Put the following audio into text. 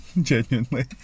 Genuinely